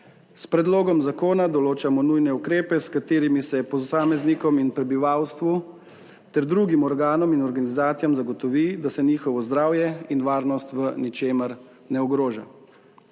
S predlogom zakona določamo nujne ukrepe, s katerimi se posameznikom in prebivalstvu ter drugim organom in organizacijam zagotovi, da se njihovo zdravje in varnost v ničemer ne ogroža.